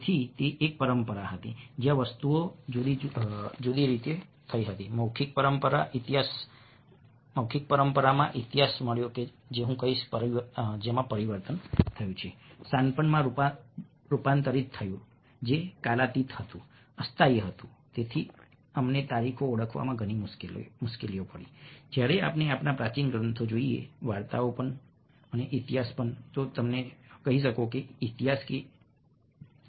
તેથી તે એક પરંપરા હતી જ્યાં વસ્તુઓ જુદી રીતે થઈ હતી મૌખિક પરંપરામાં ઇતિહાસ મળ્યો હું કહીશ પરિવર્તન થયું શાણપણમાં રૂપાંતરિત થયું જે કાલાતીત હતું અસ્થાયી હતું તેથી અમને તારીખો ઓળખવામાં ઘણી મુશ્કેલી પડી જ્યારે આપણે આપણા પ્રાચીન ગ્રંથો જોઈએ વાર્તાઓ પણ ઈતિહાસ જો તમે તેને કહી શકો તો ઈતિહાસ કે ઈતિહાસ કહી શકો